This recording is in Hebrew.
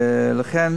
לכן